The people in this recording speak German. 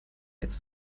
jetzt